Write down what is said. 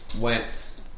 went